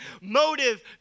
motive